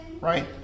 right